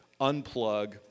unplug